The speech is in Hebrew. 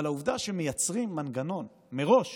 אבל העובדה שמייצרים מראש